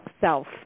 self